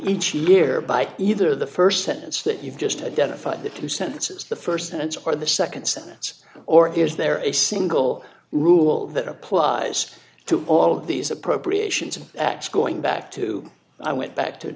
each ear by either the st sentence that you've just identified the two sentences the st sentence or the nd sentence or is there a single rule that applies to all of these appropriations acts going back to i went back to